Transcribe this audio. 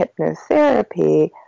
hypnotherapy